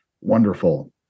wonderful